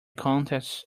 contests